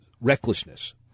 recklessness